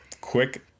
quick